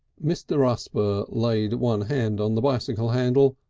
mr. rusper laid one hand on the bicycle handle,